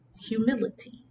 humility